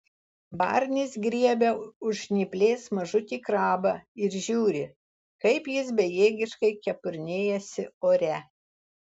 barnis griebia už žnyplės mažutį krabą ir žiūri kaip jis bejėgiškai kepurnėjasi ore